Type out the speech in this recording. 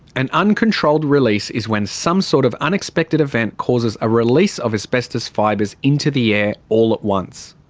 an uncontrolled release is when some sort of unexpected event causes a release of asbestos fibres into the air, all at once.